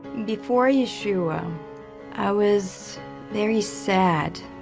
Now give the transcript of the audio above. before you, schewe i was very sad?